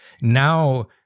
now